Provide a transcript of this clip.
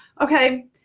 Okay